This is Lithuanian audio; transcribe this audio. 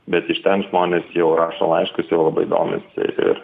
bet iš ten žmonės jau rašo laiškus jau labai domisi ir